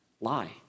lie